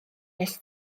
nes